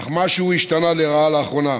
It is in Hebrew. אך משהו השתנה לרעה לאחרונה.